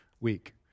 week